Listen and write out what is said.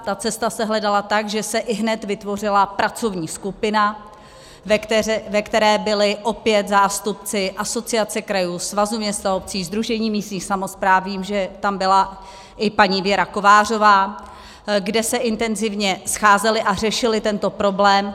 Ta cesta se hledala tak, že se ihned vytvořila pracovní skupina, ve které byli opět zástupci Asociace krajů, Svazu měst a obcí, Sdružení místních samospráv vím, že tam byla i paní Věra Kovářová , kde se intenzivně scházeli a řešili tento problém.